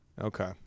Okay